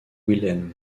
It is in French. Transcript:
wilhelm